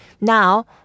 now